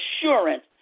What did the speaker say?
assurance